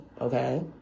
okay